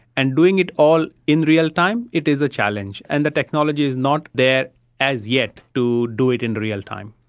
and doing it all in real time, it is a challenge, and the technology is not there as yet to do it in real time.